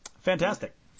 fantastic